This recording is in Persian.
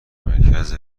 مرکز